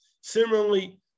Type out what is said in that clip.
Similarly